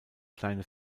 kleine